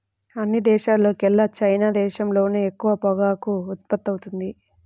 అన్ని దేశాల్లోకెల్లా చైనా దేశంలోనే ఎక్కువ పొగాకు ఉత్పత్తవుతుంది